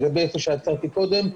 לגבי איפה שעצרתי קודם,